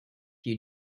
you